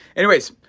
anyways,